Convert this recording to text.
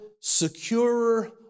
secure